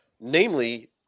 namely